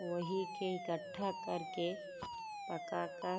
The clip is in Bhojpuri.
वही के इकट्ठा कर के पका क